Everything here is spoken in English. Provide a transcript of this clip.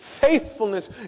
faithfulness